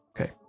okay